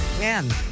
Man